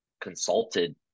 consulted